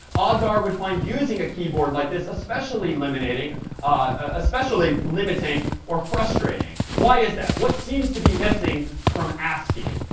odds are, would find using a keyboard like this especially limiting especially limiting or frustrating. why is that? what seems to be missing from ascii?